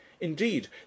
Indeed